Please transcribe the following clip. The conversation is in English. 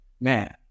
man